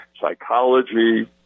psychology